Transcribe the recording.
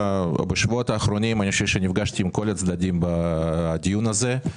בשבועות האחרונים אני חושב שנפגשתי עם כל הצדדים בדיון הזה.